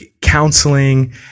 counseling